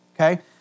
okay